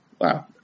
Wow